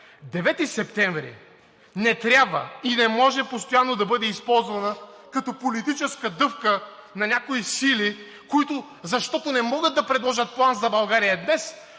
септември не трябва и не може постоянно да бъде използван като политическа дъвка на някои сили, които, защото не могат да предложат план за България днес,